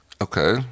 Okay